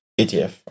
ETF